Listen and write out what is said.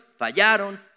fallaron